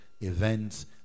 events